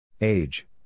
Age